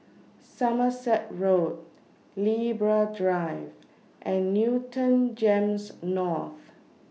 Somerset Road Libra Drive and Newton Gems North